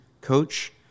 coach